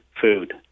food